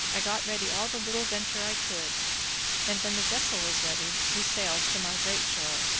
i got ready all the little venture i could and, when the vessel was ready, we sailed, to my great joy.